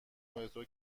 مترو